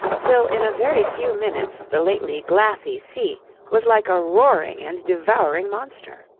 till in a very few minutes the lately glassy sea was like a roaring and devouring monster.